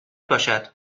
باشد